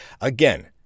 again